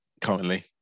currently